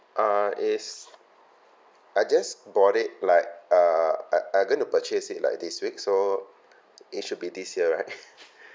uh it's I just bought it like uh uh I'm going to purchase it like this week so it should be this year right